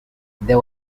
there